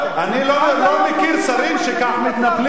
אני לא מכיר שרים שכך מתנפלים,